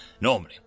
Normally